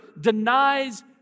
denies